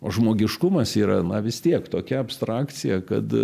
žmogiškumas yra na vis tiek tokia abstrakcija kad